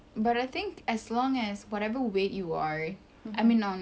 but I think as long as whatever weight you are I mean now